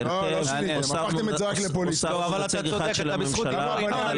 העלינו בדעתנו לדחות את תאריך הבחירות שקבוע בתקנון הכנסת מימים ימימה.